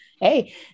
hey